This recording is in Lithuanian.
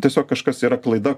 tiesiog kažkas yra klaida